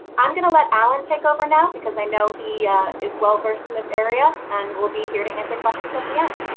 i'm gonna let allen take over now, because i know he is well versed in this area and will be here to answer questions at the end.